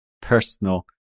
personal